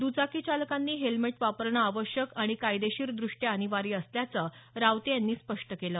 द्चाकी चालकांनी हेल्मेट वापरणं आवश्यक आणि कायदेशीरदृष्ट्या अनिवार्य असल्याचं रावते यांनी स्पष्ट केलं